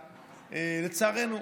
לצערנו.